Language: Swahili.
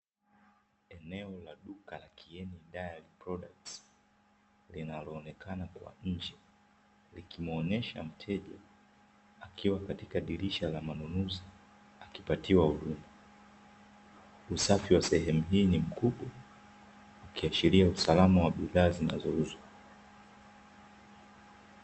Eneo la duka la kieni diary products linaloonekana kwa nje, likimuonesha mteja akiwa katika dirisha la manunuzi akipatiwa huduma, usafi wa sehemu hii ni mkubwa ikiashiria usalama wa bidhaa zinazouzwa.